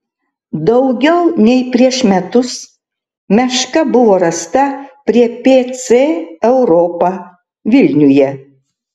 daugiau nei prieš metus meška buvo rasta prie pc europa vilniuje